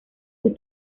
sus